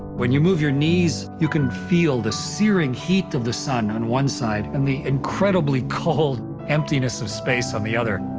when you move your knees, you can feel the searing heat of the sun on one side and the incredibly cold emptiness of space on the other.